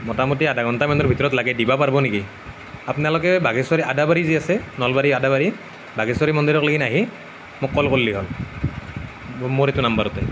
মোটামুটি আধা ঘণ্টামানৰ মানৰ ভিতৰত লাগে দিব পাৰিব নেকি আপোনালোকে বাঘেশ্ৱৰী আদাবাৰী যে আছে নলবাৰী আদাবাৰী বাঘেশ্ৱৰী মন্দিৰলৈকে আহি মোক কল কৰিলেই হ'ল মোৰ এইটো নম্বৰতে